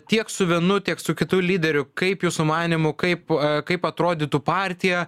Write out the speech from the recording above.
tiek su vienu tiek su kitu lyderiu kaip jūsų manymu kaip kaip atrodytų partija